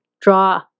draw